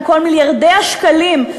עם כל מיליארדי השקלים,